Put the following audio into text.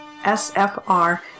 SFR